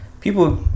people